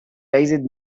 based